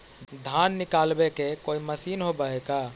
धान निकालबे के कोई मशीन होब है का?